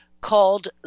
called